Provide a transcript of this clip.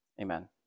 amen